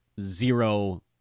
zero